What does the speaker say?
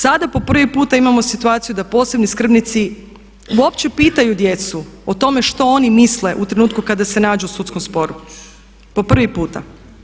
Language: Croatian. Sada po prvi puta imamo situaciju da posebni skrbnici uopće pitaju djecu o tome što oni misle u trenutku kada se nađu u sudskom sporu, po prvi puta.